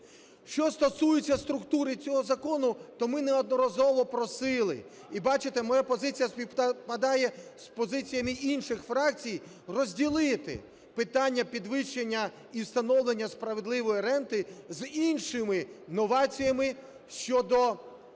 Що стосується структури цього закону, то ми неодноразово просили, і бачите, моя позиція співпадає з позиціями інших фракцій, розділити питання підвищення і встановлення справедливої ренти з іншими новаціями щодо